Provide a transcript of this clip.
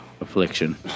affliction